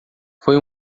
foi